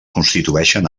constitueixen